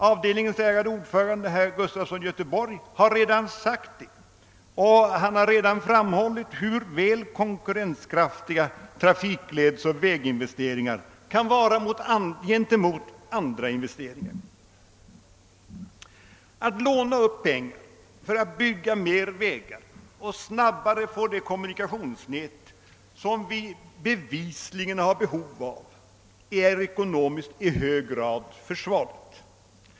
Avdelningens ärade ordförande, herr Gustafson i Göteborg, har redan sagt det, och han har redan framhållit hur väl konkurrenskraftiga trafikledsoch väginvesteringar kan vara gentemot andra investeringar. Att låna upp pengar för att bygga mer vägar och snabbare få det kommunikationsnät som vi bevisligen har behov av är ekonomiskt i hög grad försvarligt.